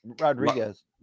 Rodriguez